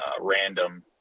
random